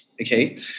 okay